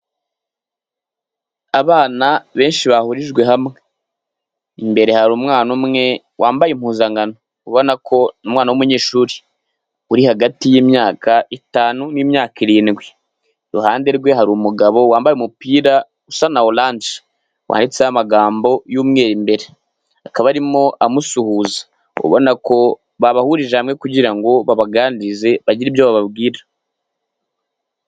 Abana benshi bahurijwe hamwe. Imbere hari umwana umwe wambaye impuzankano ubona ko umwana w'umunyeshuri ,uri hagati y'imyaka itanu n'imyaka irindwi ,iruhande rwe harimu umugabo wambaye umupira usa na orange wanditseho amagambo y'umweru mbere, akaba arimo amusuhuza ,ubona ko babahurije hamwe kugira ngo babaganirize bagire ibyo bababwira.